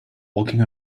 walking